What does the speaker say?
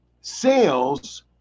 Sales